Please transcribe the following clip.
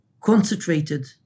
concentrated